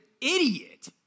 idiot